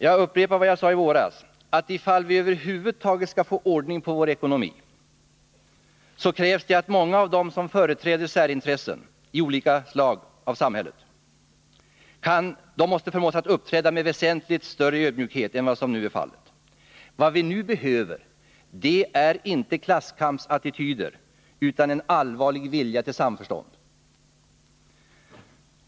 Jag upprepar vad jag sade i våras, att ifall vi över huvud taget skall få ordning på vår ekonomi krävs det att många av dem som företräder särintressen av olika slag i samhället kan fås att uppträda med väsentligt större ödmjukhet än vad som nu är fallet. Vad vi nu behöver är inte klasskampsattityder utan en allvarlig vilja till samförstånd.